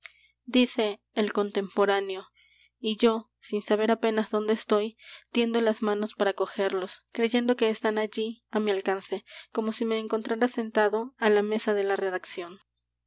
dice el contemporáneo y yo sin saber apenas donde estoy tiendo las manos para cogerlos creyendo que están allí á mi alcance como si me encontrara sentado á la mesa de la redacción